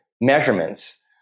measurements